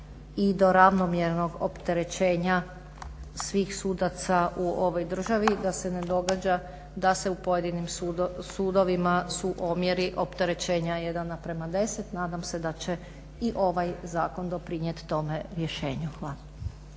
i do ravnomjernog opterećenja svih sudaca u ovoj državi da se ne događa da se u pojedinim sudovima su omjeri opterećenja 1:10. Nadam se da će i ovaj zakon doprinijet tome rješenju. Hvala.